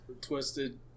twisted